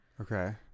Okay